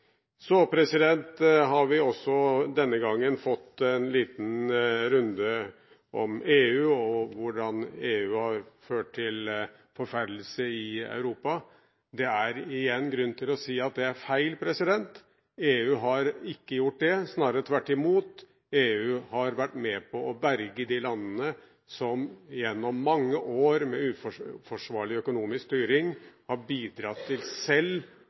så passende i en situasjon da vedkommende, som har gjort en fenomenal innsats, nettopp har gått bort. Der støtter jeg henne fullt ut. Vi har også denne gangen fått en liten runde om EU og hvordan EU har ført til forferdelse i Europa. Det er igjen grunn til å si at det er feil. EU har ikke gjort det, snarere tvert imot: EU har vært med på å berge de landene som gjennom mange